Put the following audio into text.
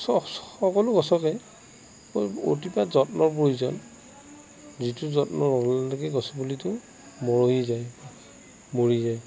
চব সকলো গছতেই অতিপাত যত্নৰ প্ৰয়োজন যিটো যত্নৰ ল'ব লাগে গছৰ পুলিটো মৰহি যায় মৰি যায়